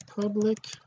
public